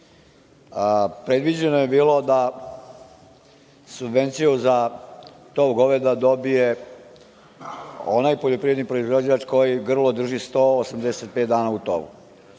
Predviđeno je bilo da subvenciju za tov goveda dobije onaj poljoprivredni proizvođač koji grlo drži 185 dana u tovu.